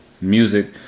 music